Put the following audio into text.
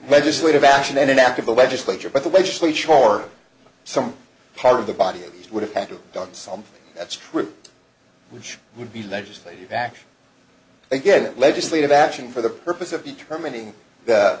legislative action and an act of the legislature but the legislature or some part of the body would have done something that's true which would be legislated back again legislative action for the purpose of determining the